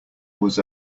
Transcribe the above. was